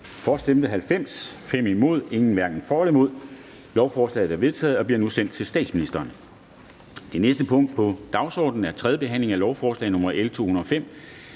for eller imod stemte 8 (DF). Lovforslaget er vedtaget og bliver nu sendt til statsministeren. --- Det næste punkt på dagsordenen er: 13) 3. behandling af lovforslag nr.